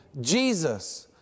Jesus